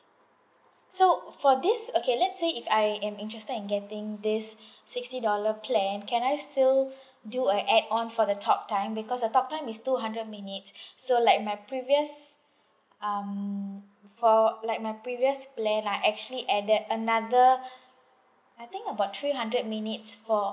so for this okay let's say if I am interested in getting this sixty dollar plan can I still do a add on for the talk time because the talk time is two hundred minutes so like my previous um for like my previous plan I actually added another I think about three hundred minutes for